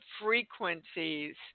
frequencies